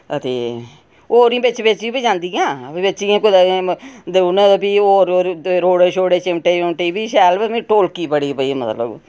ते होर बी बिच्च बिच्च बी बजादियां होर मतलब रोड़े छोड़े चिमटे शिमटे बी शैल पर मैं ढोलकी बड़ी भई मतलब